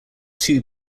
two